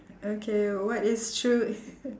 okay what is true